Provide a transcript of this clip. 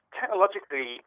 technologically